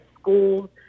schools